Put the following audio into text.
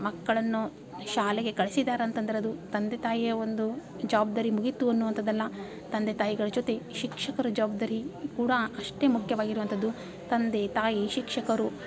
ಮಕ್ಕಳನ್ನು ಶಾಲೆಗೆ ಕಳ್ಸಿದ್ದಾರೆ ಅಂತಂದ್ರೆ ಅದು ತಂದೆ ತಾಯಿಯ ಒಂದು ಜವಾಬ್ದಾರಿ ಮುಗಿಯಿತು ಅನ್ನುವಂಥದ್ದಲ್ಲ ತಂದೆ ತಾಯಿಗಳ ಜೊತೆ ಶಿಕ್ಷಕರ ಜವಾಬ್ದಾರಿ ಕೂಡ ಅಷ್ಟೇ ಮುಖ್ಯಾವಾಗಿರುವಂಥದ್ದು ತಂದೆ ತಾಯಿ ಶಿಕ್ಷಕರು